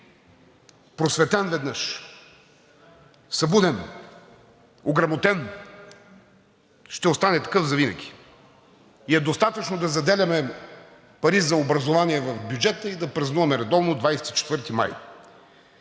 просветен веднъж, събуден, ограмотен, ще остане такъв завинаги и е достатъчно да заделяме пари за образование в бюджета и да празнуваме редовно 24 май.